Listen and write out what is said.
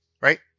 right